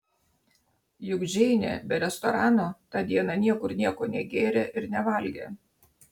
juk džeinė be restorano tą dieną niekur nieko negėrė ir nevalgė